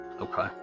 Okay